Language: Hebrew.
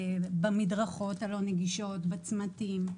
במדרכות הלא נגישות, בצמתים.